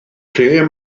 lle